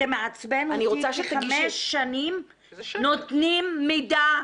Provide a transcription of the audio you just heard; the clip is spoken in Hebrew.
חמש שנים נותנים מידע,